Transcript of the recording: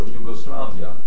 Yugoslavia